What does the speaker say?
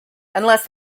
unless